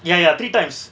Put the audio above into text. ya ya three times